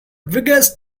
biggest